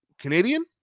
Canadian